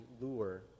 lure